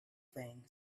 thing